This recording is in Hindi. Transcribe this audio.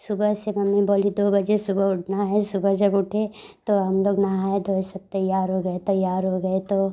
सुबह से मम्मी बोली दो बजे सुबह उठना है सुबह जब उठे तो हम लोग नहाए धोए सब तैयार हो गए तैयार हो गए तो